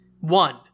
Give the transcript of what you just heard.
One